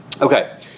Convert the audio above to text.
Okay